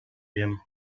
wiem